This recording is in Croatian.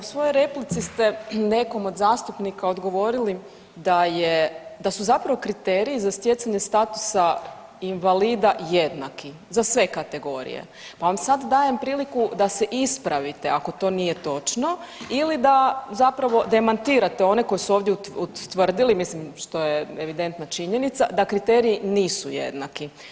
U svojoj replici ste nekom od zastupnika odgovorili da je, da su zapravo kriteriji za stjecanje statusa invalida jednaki za sve kategorije pa vam sad dajem priliku da se ispravite ako to nije točno ili da zapravo demantirate one koji su ovdje utvrdili, mislim, što je evidentna činjenica, da kriteriji nisu jednaki.